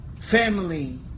family